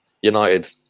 United